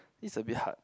it's a bit hard